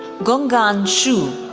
gonghan xu,